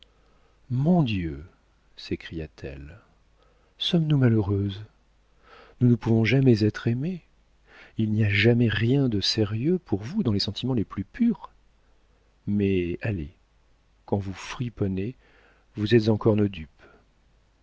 mon dieu s'écria-t-elle sommes-nous malheureuses nous ne pouvons jamais être aimées il n'y a jamais rien de sérieux pour vous dans les sentiments les plus purs mais allez quand vous friponnez vous êtes encore nos dupes